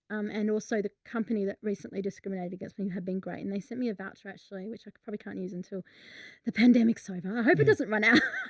um, and also the company that recently discriminated against when you had been great, and they sent me a voucher actually, which i could probably can't use until the pandemics. over, i hope it doesn't run out